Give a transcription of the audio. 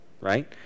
right